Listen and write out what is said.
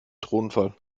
tonfall